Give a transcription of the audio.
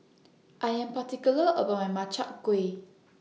I Am particular about My Makchang Gui